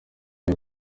ari